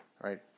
right